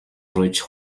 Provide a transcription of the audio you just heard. rouge